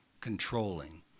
controlling